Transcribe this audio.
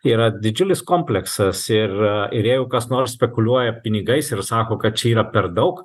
yra didžiulis kompleksas ir ir jeigu kas nors spekuliuoja pinigais ir sako kad čia yra per daug